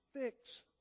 fix